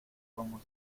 como